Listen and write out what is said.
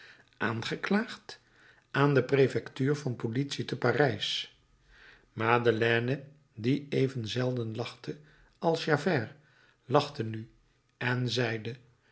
aangeklaagd aan de prefectuur van politie te parijs madeleine die even zelden lachte als javert lachte nu en zeide